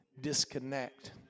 disconnect